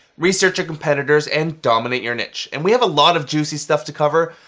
research your competitors and dominate your niche. and we have a lot of juicy stuff to cover,